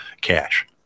cash